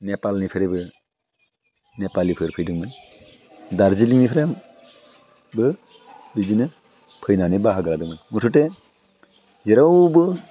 नेपालनिफ्रायबो नेपालिफोर फैदोंमोन दार्जिलिंनिफ्रायबो बिदिनो फैनानै बाहागो लादोंमोन मुथुथे जेरावबो